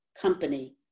company